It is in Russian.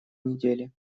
недели